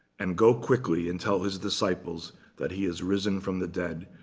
and go quickly and tell his disciples that he is risen from the dead.